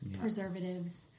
preservatives